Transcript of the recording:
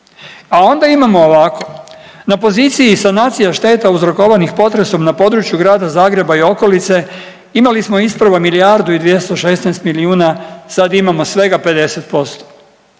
A onda imamo ovako, na poziciji sanacija šteta uzrokovanih potresom na području Grada Zagreba i okolice imali smo isprva milijardu i 216 milijuna, sad imamo svega 50%.